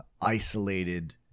isolated